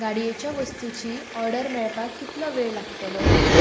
गाडयेच्या वस्तुची ऑर्डर मेळपाक कितलो वेळ लागतलो